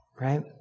right